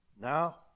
now